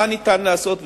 מה ניתן לעשות,